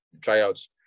tryouts